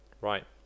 Right